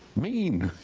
mean,